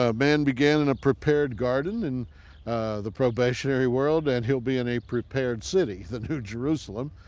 ah man began in a prepared garden in the probationary world and he'll be in a prepared city, the new jerusalem,